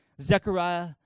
Zechariah